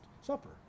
Supper